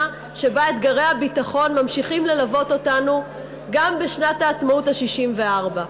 שבה אתגרי הביטחון ממשיכים ללוות אותנו גם בשנת העצמאות ה-64.